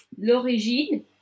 L'Origine